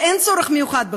ואין צורך מיוחד בכך,